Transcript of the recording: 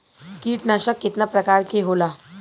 कीटनाशक केतना प्रकार के होला?